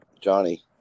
Johnny